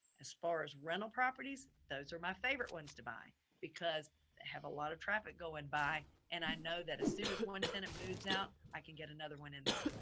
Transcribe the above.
as far as rental properties, those are my favorite ones to buy because they have a lot of traffic going by and i know that as soon as one tenant moves out, i can get another one in there.